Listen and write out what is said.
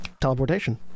teleportation